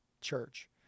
church